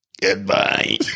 Goodbye